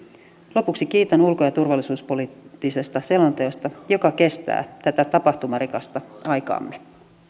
lopuksi kiitän ulko ja turvallisuuspoliittisesta selonteosta joka kestää tätä tapahtumarikasta aikaamme